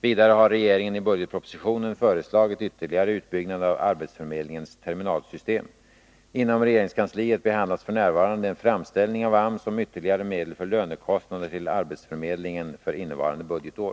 Vidare har regeringen i budgetpropositionen föreslagit ytterligare utbyggnad av arbetsförmedlingens terminalsystem. Inom regeringskansliet behandlas f.n. en framställning av AMS om ytterligare medel för lönekostnader till arbetsförmedlingen för innevarande budgetår.